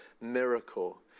miracle